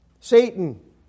Satan